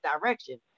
direction